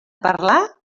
parlar